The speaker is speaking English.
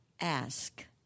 Ask